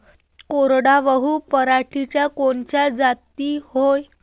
कोरडवाहू पराटीच्या कोनच्या जाती हाये?